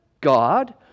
God